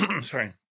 sorry